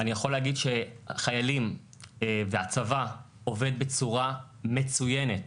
אני יכול להגיד שהחיילים והצבא עובד בצורה מצוינת,